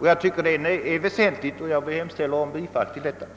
Detta tycker jag är en väsentlig sak, och jag hemställer om bifall till reservationen.